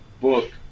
book